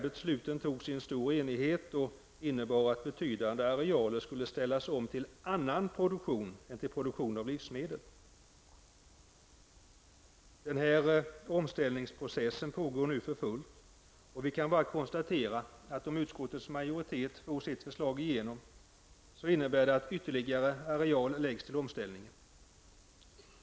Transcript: Besluten fattades i stor enighet och innebar att betydande arealer skulle ställas om till annan produktion än produktion av livsmedel. Denna omställningsprocess pågår nu för fullt, och vi kan bara konstatera att om utskottets majoritet får sitt förslag igenom, innebär det att ytterligare areal läggs till omställningen.